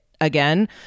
again